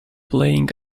playing